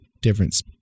difference